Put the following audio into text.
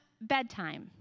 Bedtime